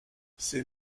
ces